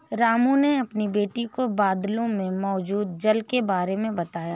रामू ने अपनी बेटी को बादलों में मौजूद जल के बारे में बताया